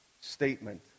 statement